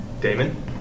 Damon